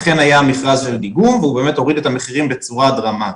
אכן היה מכרז לדיגום והוא באמת הוריד את המחירים בצורה דרמטית.